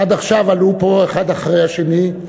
עד עכשיו עלו פה, האחד אחרי השני,